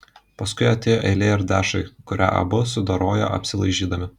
paskui atėjo eilė ir dešrai kurią abu sudorojo apsilaižydami